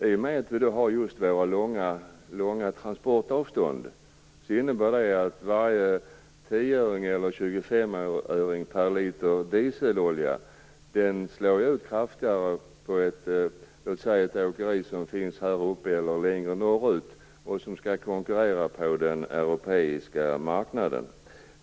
I och med att vi har våra långa transportavstånd slår varje tioöring eller tjugofemöring per liter dieselolja kraftigare på ett åkeri som finns längre norrut och som skall konkurrera på den europeiska marknaden.